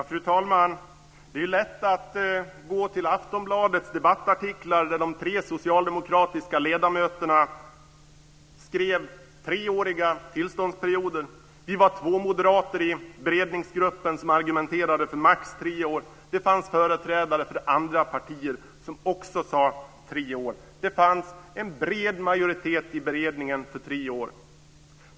Fru talman! Det är lätt att gå till Aftonbladets debattartiklar där de tre socialdemokratiska ledamöterna skrev om treåriga tillståndsperioder. Vi var två moderater i beredningsgruppen som argumenterade för maximalt tre år. Det fanns företrädare för andra partier som också argumenterade för tre år. Det fanns en bred majoritet i beredningen för tre år.